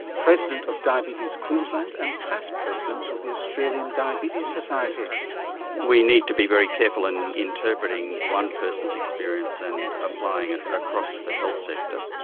president of diabetes queensland and past president of the australian diabetes society we need to be very careful in interpreting one person's experience and applying it across the health sector.